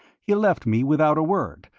he left me without a word,